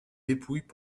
dépouilles